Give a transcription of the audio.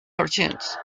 cartoons